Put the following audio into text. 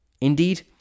Indeed